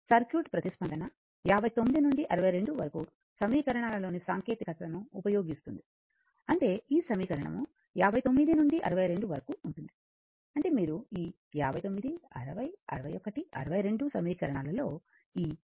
circuit ప్రతిస్పందన 59 నుండి 62 వరకు సమీకరణాలలోని సాంకేతికతను ఉపయోగిస్తుంది అంటే ఈ సమీకరణం 59 నుండి 62 వరకు ఉంటుంది అంటే మీరు ఈ 59 60 61 62 సమీకరణాల లో ఈ v vn vf